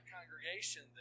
congregation